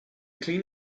clean